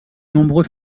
nombreux